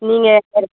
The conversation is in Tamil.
நீங்கள்